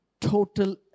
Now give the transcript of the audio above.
total